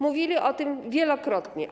Mówili o tym wielokrotnie.